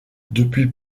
depuis